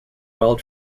well